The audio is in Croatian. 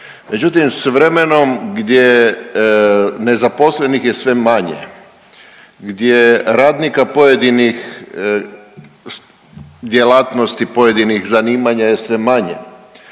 Međutim, s vremenom gdje nezaposlenih je sve manje, gdje radnika pojedinih djelatnosti, pojedinih zanimanja je sve manje,